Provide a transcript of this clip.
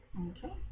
Okay